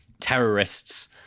terrorists